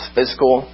Physical